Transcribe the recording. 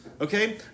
Okay